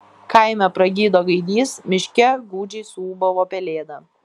kaime pragydo gaidys miške gūdžiai suūbavo pelėda